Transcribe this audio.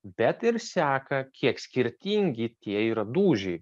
bet ir seka kiek skirtingi tie yra dūžiai